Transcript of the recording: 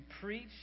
preach